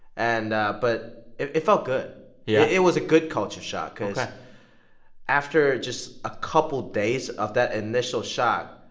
and ah but it it felt good yeah? it was a good culture shock. ok. because after just a couple days of that initial shock,